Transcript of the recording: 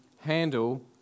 handle